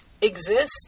exist